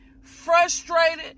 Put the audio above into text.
frustrated